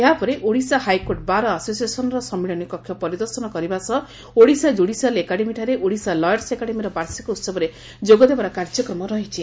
ଏହାପରେ Odisha high court bar ଆସୋସିଏସନ୍ରେ ସମ୍ମିଳନୀ କକ୍ଷ ପରିଦର୍ଶନ କରିବା ସହ ଓଡ଼ିଶା ଜୁଡ଼ିସିଆଲ୍ ଏକାଡେମୀଠାରେ ଓଡ଼ିଶା ଲୟର୍ସ ଏକାଡେମୀର ବାର୍ଷିକ ଉହବରେ ଯୋଗ ଦେବାର କାର୍ଯ୍ୟକମ ରହିଛି